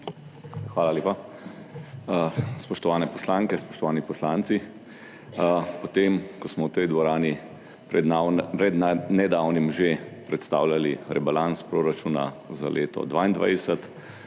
Hvala lepa. Spoštovane poslanke, spoštovani poslanci! Potem, ko smo v tej dvorani pred nedavnim že predstavljali Rebalans proračuna za leto 2022,